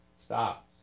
stop